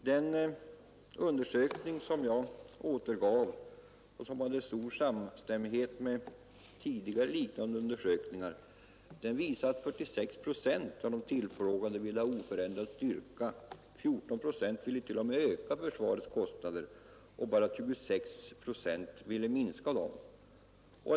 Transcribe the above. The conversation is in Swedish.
Den undersökning som jag återgav och som hade stor samstämmighet med tidigare, liknande undersökningar visar att 46 procent av de tillfrågade vill ha ett försvar av oförändrad styrka, 14 procent t.o.m. öka försvarets kostnader och bara 26 procent ville minska dem.